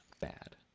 bad